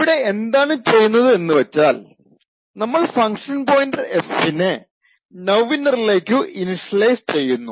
ഇവിടെ എന്താണ് ചെയുന്നത് എന്ന് വച്ചാൽ നമ്മൾ ഫങ്ക്ഷൺ പോയിൻറർ f നെ നൌഇന്നറിലേക്കു ഇനിഷ്യലൈസ് ചെയ്യുന്നു